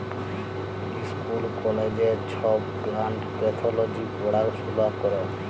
school কলেজে ছব plant pathology পড়াশুলা ক্যরে